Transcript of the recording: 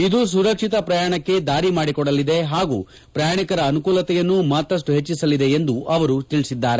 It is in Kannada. ಇದು ಸುರಕ್ಷಿತ ಪ್ರಯಾಣಕ್ಕೆ ದಾರಿ ಮಾಡಿಕೊಡಲಿದೆ ಹಾಗೂ ಪ್ರಯಾಣಿಕರ ಅನುಕೂಲತೆಯನ್ನು ಮತ್ತಷ್ವು ಹೆಚ್ಚಿಸಲಿದೆ ಎಂದು ಅವರು ಹೇಳಿದ್ದಾರೆ